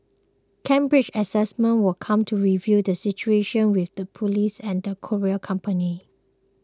Cambridge Assessment will continue to review the situation with the police and the courier company